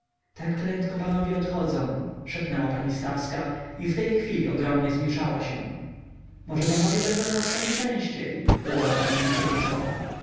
tak prędko panowie odchodzą szepnęła pani stawska i w tej chwili ogromnie zmięszała się może panowie będą łaskawi częściej dodała pani misiewiczowa ale